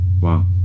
wow